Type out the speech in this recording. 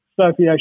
Sophie